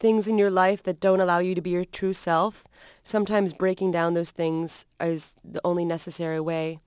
things in your life the don't allow you to be your true self sometimes breaking down those things i was the only necessary way